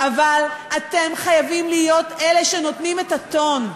אבל אתם חייבים להיות אלה שנותנים את הטון.